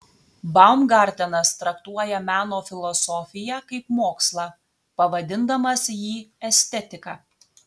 baumgartenas traktuoja meno filosofiją kaip mokslą pavadindamas jį estetika